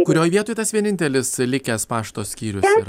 kurioj vie toj tas vienintelis likęs pašto skyrius yra